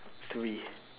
three